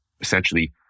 essentially